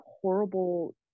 horrible